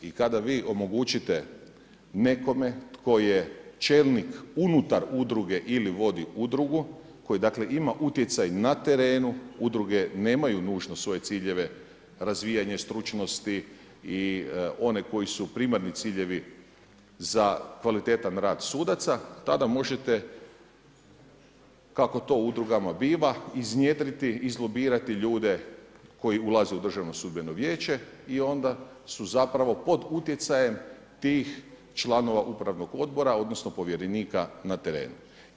I kada bi omogućite nekome tko je čelnik unutar udruge ili vodi udrugu koji dakle ima utjecaj na terenu udruge nemaju nužno svoje ciljeve razvijanja stručnosti i one koji su primarni ciljevi za kvalitetan rad sudaca, tada možete kako to u udrugama biva iznjedriti, izlobirati ljude koji ulaze u Državno sudbeno vijeće i onda su zapravo pod utjecajem tih članova upravnog odbora odnosno povjerenika na terenu.